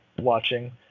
watching